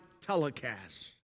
telecast